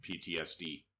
PTSD